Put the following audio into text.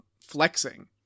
flexing